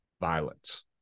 violence